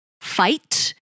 Fight